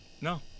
no